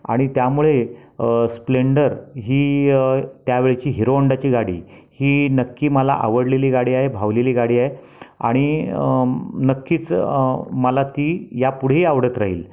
आणि त्यामुळे स्प्लेंडर ही त्यावेळची हिरो होंडाची गाडी ही नक्की मला आवडलेली गाडी आहे भावलेली गाडी आहे आणि नक्कीच मला ती यापुढेही आवडत राहील